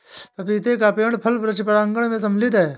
पपीते का पेड़ फल वृक्ष प्रांगण मैं सम्मिलित है